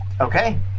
Okay